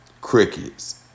Crickets